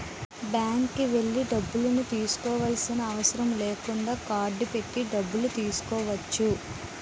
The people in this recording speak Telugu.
బ్యాంక్కి వెళ్లి డబ్బులను తీసుకోవాల్సిన అవసరం లేకుండా కార్డ్ పెట్టి డబ్బులు తీసుకోవచ్చు